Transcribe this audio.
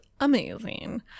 amazing